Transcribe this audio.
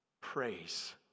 Praise